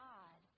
God